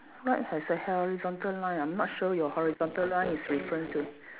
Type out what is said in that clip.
right has a horizontal line I'm not sure your horizontal line is referring to